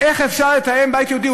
איך אפשר לתאם עם הבית היהודי?